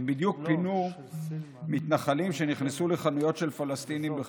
הם בדיוק פינו מתנחלים שנכנסו לחנויות של פלסטינים בחברון.